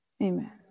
Amen